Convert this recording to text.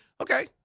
okay